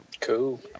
Cool